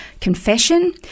confession